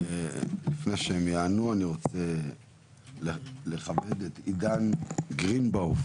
לפני שהם יענו אני רוצה לכבד את עידן גרינבוים,